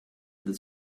this